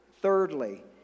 Thirdly